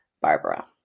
Barbara